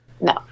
No